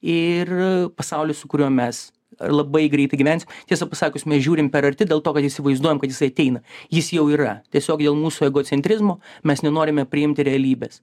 ir pasaulis su kurio mes labai greitai gyvensim tiesą pasakius mes žiūrim per arti dėl to kad įsivaizduojam kad jisai ateina jis jau yra tiesiog dėl mūsų egocentrizmo mes nenorime priimti realybės